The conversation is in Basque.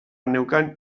neukan